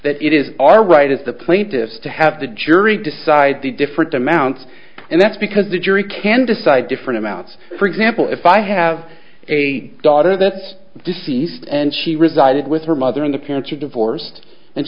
that it is our right as the plaintiffs to have the jury decide the different amounts and that's because the jury can decide different amounts for example if i have a daughter that's deceased and she resided with her mother and the parents are divorced and